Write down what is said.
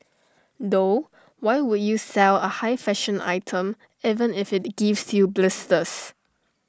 though why would you sell A high fashion item even if IT gives you blisters